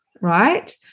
right